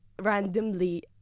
randomly